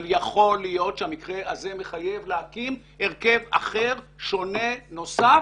אבל יכול להיות שהמקרה הזה מחייב להקים הרכב אחר שונה נוסך